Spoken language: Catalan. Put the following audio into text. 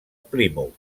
plymouth